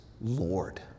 Lord